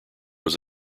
was